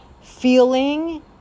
feeling